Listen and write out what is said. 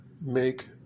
make